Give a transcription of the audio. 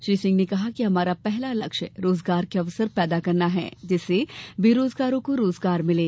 श्री सिंह ने कहा कि हमारा पहला लक्ष्य रोजगार के अवसर पैदा करना है जिससे बेरोजगारों को रोजगार मिले